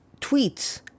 tweets